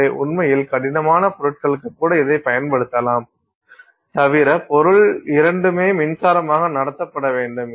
எனவே உண்மையில் கடினமான பொருட்களுக்கு கூட இதைப் பயன்படுத்தலாம் தவிர பொருள் இரண்டுமே மின்சாரமாக நடத்தப்பட வேண்டும்